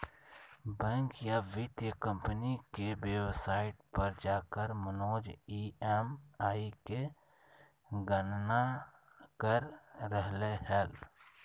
bank या वित्तीय company के वेबसाइट पर जाकर मनोज ई.एम.आई के गणना कर रहलय हल